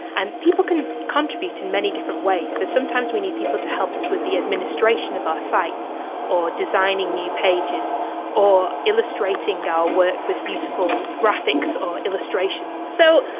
and people can contribute in many different ways. so sometimes we need people to help us with the administration of our site or designing new pages or illustrating our work with beautiful graphics or illustration. so,